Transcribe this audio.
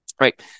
Right